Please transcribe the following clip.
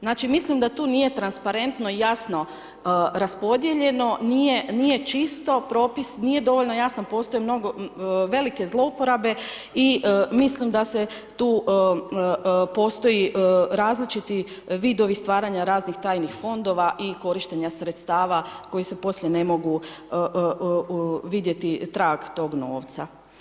Znači mislim da tu nije transparentno i jasno raspodijeljeno, nije čisto, nije dovoljno jasno, postoje mnogo velike zlouporabe i mislim da tu postoji različiti vidovi stvaranja raznih tajnih fondova i korištenja sredstava koji se poslije ne mogu vidjeti trag tog novca.